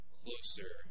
closer